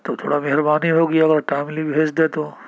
تو تھوڑا مہربانی ہوگی اگر ٹائملی بھیج دیں تو